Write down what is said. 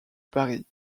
paris